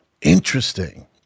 Interesting